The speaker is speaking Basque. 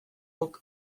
guk